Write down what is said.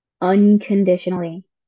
Unconditionally